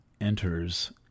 enters